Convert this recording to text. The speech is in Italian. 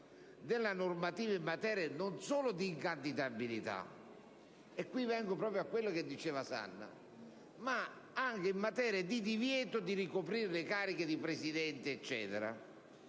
della normativa in materia non solo di incandidabilità - e qui vengo proprio a quanto diceva il senatore Sanna - ma anche di divieto di ricoprire le cariche di Presidente, eccetera,